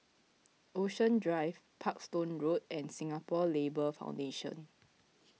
Ocean Drive Parkstone Road and Singapore Labour Foundation